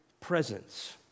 presence